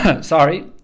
sorry